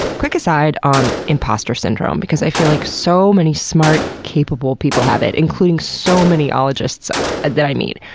quick aside on imposter syndrome, because i feel like so many smart, capable people have it including so many ologists that i meet.